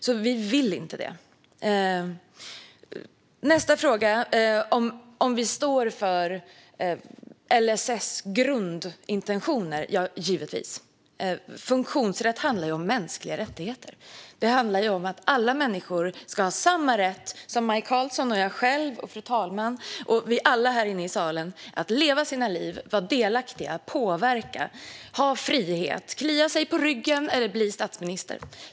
Vi vill därför inte göra det. Nästa fråga handlar om huruvida vi står för LSS grundintentioner. Ja, det gör vi givetvis. Funktionsrätt handlar om mänskliga rättigheter. Det handlar om att alla människor ska ha samma rätt som Maj Karlsson, jag själv, fru talman och vi alla här inne i salen att leva sina liv, vara delaktiga, påverka, ha frihet, klia sig på ryggen eller bli statsminister.